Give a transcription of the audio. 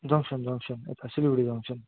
junction junction यता Silgadhi junction